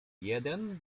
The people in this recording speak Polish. jeden